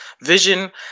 vision